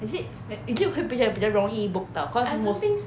is it is it 会比较比较容易 book 到 because most